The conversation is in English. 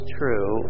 true